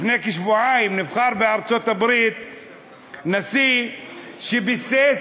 לפני כשבועיים נבחר בארצות-הברית נשיא שביסס